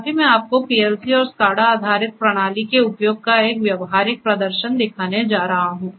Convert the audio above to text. अभी मैं आपको पीएलसी और स्काडा आधारित प्रणाली के उपयोग का एक व्यावहारिक प्रदर्शन दिखाने जा रहा हूं